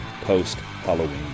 post-Halloween